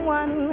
one